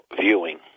viewing